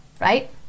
right